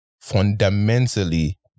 fundamentally